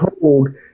told